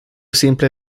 simple